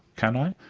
can i?